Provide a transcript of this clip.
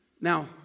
Now